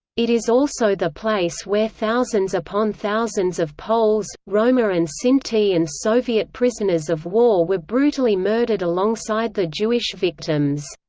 it is also the place where thousands upon thousands of poles, roma and sinti and soviet prisoners of war were brutally murdered alongside the jewish victims.